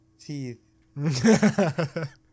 teeth